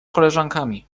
koleżankami